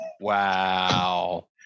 Wow